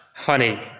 honey